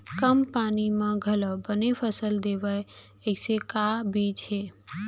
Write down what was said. कम पानी मा घलव बने फसल देवय ऐसे का बीज हे?